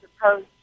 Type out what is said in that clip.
opposed